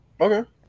Okay